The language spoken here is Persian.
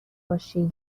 باشه